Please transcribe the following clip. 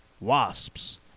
Wasps